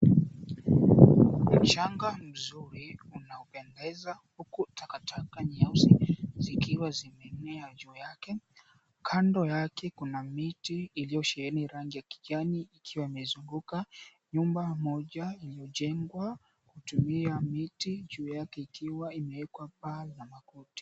Mchanga mzuri unaopendeza huku takataka nyeusi zikiwa zimemea juu yake, kando yake kuna miti iliyosheheni rangi ya kijani iliyozunguka nyumba moja imejengwa kutumia miti ikiwa imeekwa paa la makuti.